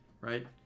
right